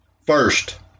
First